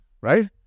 Right